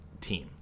team